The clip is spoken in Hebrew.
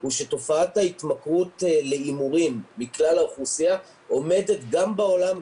הוא שתופעת ההתמכרות להימורים מכלל האוכלוסייה עומדת גם בעולם,